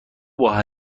ماه